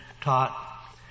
taught